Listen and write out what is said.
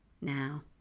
now